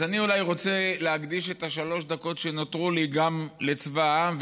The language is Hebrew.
אז אני אולי רוצה להקדיש את שלוש הדקות שנותרו לי גם לצבא העם,